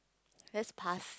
let's pass